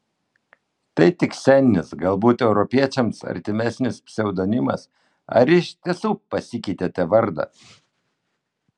tai tik sceninis galbūt europiečiams artimesnis pseudonimas ar iš tiesų pasikeitėte vardą